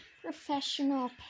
professional